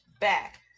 back